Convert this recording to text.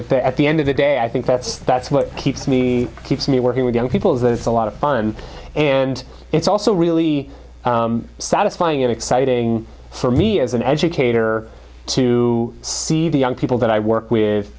they're at the end of the day i think that's that's what keeps me keeps me working with young people there's a lot of fun and it's also really satisfying and exciting for me as an educator to see the young people that i work with